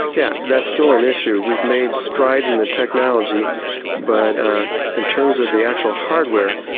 yeah that's still an issue. we've made strides in the technology but in terms of the actual hardware,